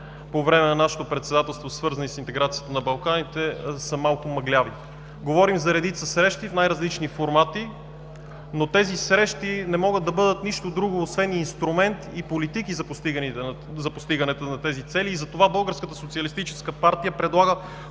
по време на нашето председателство, свързани с интеграцията на Балканите, са малко мъгляви. Говорим за редица срещи в най-различни формати, но тези срещи не могат да бъдат нищо друго, освен инструмент и политики за постигането на тези цели и затова Българската социалистическа партия предлага